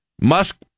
Musk